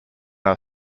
are